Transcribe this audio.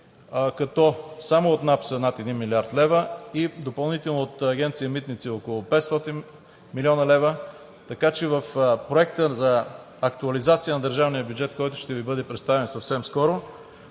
като само от НАП са над 1 млрд. лв. и допълнително от Агенция „Митници“ – около 500 млн. лв., така че в проекта за актуализация на държавния бюджет, който ще Ви бъде представен съвсем скоро,